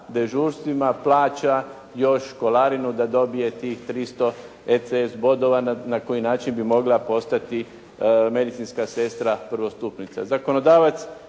dežurstvima plaća još školarinu da dobije tih 300 …/Govornik se ne razumije./… bodova na koji način bi mogla postati medicinska sestra prvostupnica.